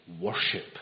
worship